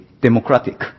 democratic